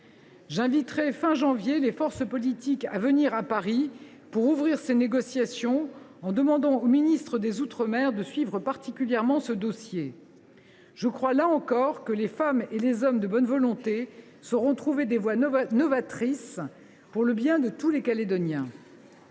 fin du mois de janvier les forces politiques concernées à venir à Paris pour ouvrir ces négociations, en demandant au ministre des outre mer de suivre particulièrement ce dossier. Je crois, là encore, que les femmes et les hommes de bonne volonté sauront trouver des voies novatrices, pour le bien de tous les Calédoniens.